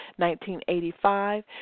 1985